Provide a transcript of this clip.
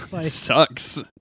sucks